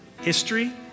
history